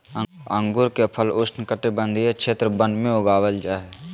अंगूर के फल उष्णकटिबंधीय क्षेत्र वन में उगाबल जा हइ